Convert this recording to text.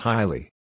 Highly